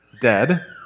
dead